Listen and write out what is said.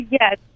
Yes